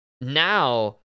Now